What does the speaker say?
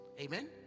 Amen